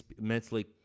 mentally